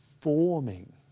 forming